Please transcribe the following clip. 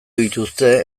dituzte